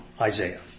Isaiah